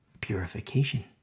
purification